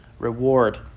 Reward